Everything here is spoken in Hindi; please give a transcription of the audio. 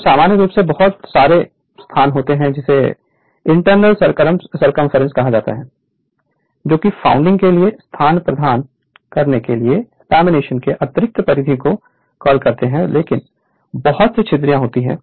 तो समान रूप से बहुत सारे स्थान होते हैं जिसे इंटरनल सरकम्फ्रेंस कहा जाता है जो कि फाऊंडिंग के लिए स्थान प्रदान करने के लिए लेमिनेशन के आंतरिक परिधि को कॉल करते हैं बहुत से छिद्रित होते हैं